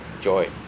joy